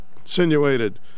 insinuated